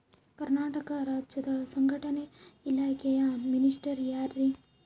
ಕರ್ನಾಟಕ ರಾಜ್ಯದ ಸಂಘಟನೆ ಇಲಾಖೆಯ ಮಿನಿಸ್ಟರ್ ಯಾರ್ರಿ?